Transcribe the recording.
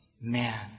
man